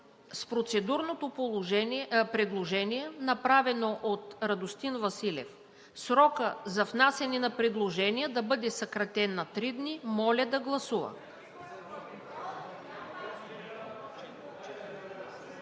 с процедурното предложение, направено от Радостин Василев – срокът за внасяне на предложения да бъде съкратен на три дни, моля да гласува.